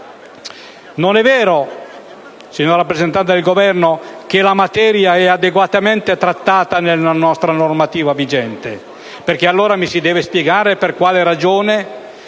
Non è vero, signor rappresentante del Governo, che la materia è adeguatamente trattata nella nostra normativa vigente, perché allora mi si deve spiegare per quale ragione